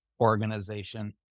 organization